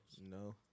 No